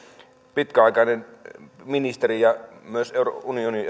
pitkäaikainen ministeri ja myös euroopan unionin